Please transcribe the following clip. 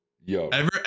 Yo